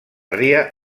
ria